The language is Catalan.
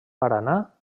paranà